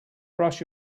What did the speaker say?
brush